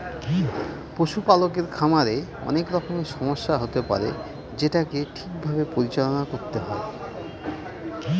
পশুপালকের খামারে অনেক রকমের সমস্যা হতে পারে যেটাকে ঠিক ভাবে পরিচালনা করতে হয়